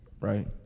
right